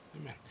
Amen